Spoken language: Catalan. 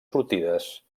sortides